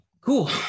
cool